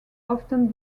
often